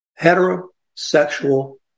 heterosexual